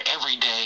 everyday